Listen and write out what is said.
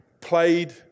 played